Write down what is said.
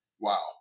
Wow